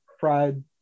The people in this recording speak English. fried